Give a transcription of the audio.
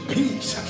peace